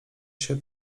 się